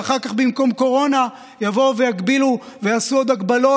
ואחר כך במקום קורונה יבואו ויעשו עוד הגבלות